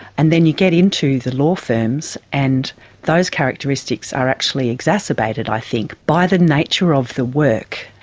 and then you get into the law firms and those characteristics are actually exacerbated i think by the nature of the work,